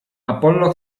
apollo